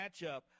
matchup